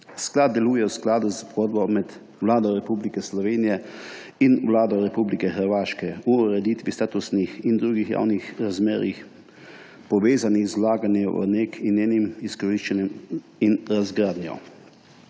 Sklad deluje v skladu s pogodbo med Vlado Republike Slovenije in Vlado Republike Hrvaške o ureditvi statusnih in drugih javnih razmerij, povezanih z vlaganjem v NEK in njenim izkoriščanjem in razgradnjo.